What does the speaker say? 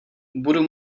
budu